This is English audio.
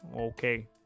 Okay